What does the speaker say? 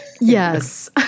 Yes